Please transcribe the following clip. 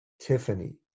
Tiffany